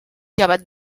llevat